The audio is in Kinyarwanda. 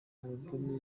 alubumu